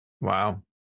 Wow